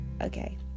Okay